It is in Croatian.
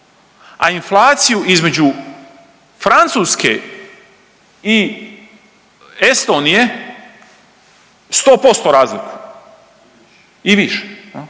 a inflaciju između Francuske i Estonije 100% razliku i više,